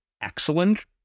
excellent